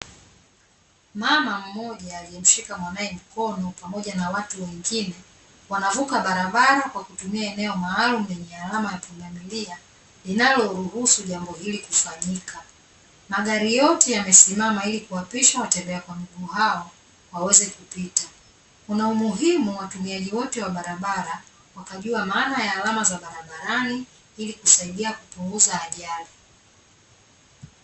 Mama mmoja aliyemshika mwanaye mkono pamoja na watu wengine wanavuka barabara kwa kutumia eneo maalum lenye alama ya pundamilia linaloruhusu jambo hili kufanyika, magari yote yamesimama ili kuwapisha watembea kwa miguu hao waweze kupita, kuna umuhimu wa watumiaji wote wa barabara wakajua maana ya alama za barabarani ili kusaidia kupunguza ajali.